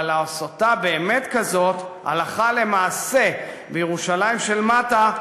אבל לעשותה באמת כזאת הלכה למעשה בירושלים של מטה,